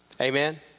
Amen